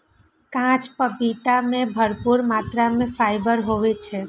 कांच पपीता मे भरपूर मात्रा मे फाइबर होइ छै